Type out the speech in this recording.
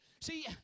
see